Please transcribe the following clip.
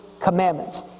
commandments